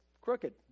crooked